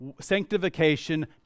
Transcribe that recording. Sanctification